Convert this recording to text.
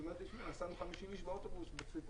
ואומרת לי: נסענו 50 איש באוטובוס בצפיפות,